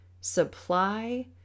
Supply